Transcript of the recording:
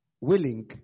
willing